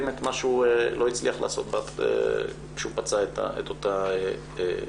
את מה שהוא לא הצליח לעשות כשהוא פצע את אותה אישה.